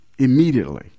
Immediately